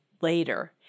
later